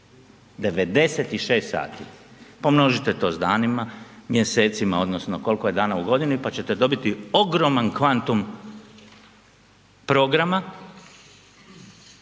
96 sati. Pomnožite to s danima, mjesecima odnosno koliko je dana u godini pa ćete dobiti ogroman kvantum programa